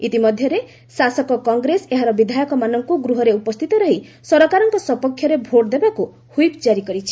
ଇତିମଧ୍ୟରେ ଶାସକ କଂଗ୍ରେସ ନିଜର ବିଧାୟକମାନଙ୍କୁ ଗୃହରେ ଉପସ୍ଥିତ ରହି ସରକାରଙ୍କ ସପକ୍ଷରେ ଭୋଟ ଦେବାକୁ ହ୍ୱିପ୍ ଜାରି କରିଛି